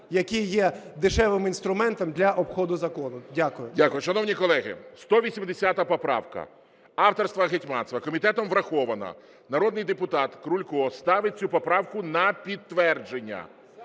які є дешевим інструментом для обходу закону. Дякую.